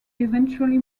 eventually